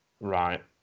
right